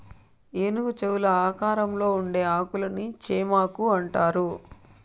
ఏనుగు చెవుల ఆకారంలో ఉండే ఆకులను చేమాకు అంటారు